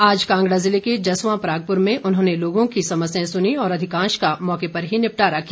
आज कांगड़ा जिले के जसवां परागपुर में उन्होंने लोगों की समस्याएं सुनीं और अधिकांश का मौके पर ही निपटारा किया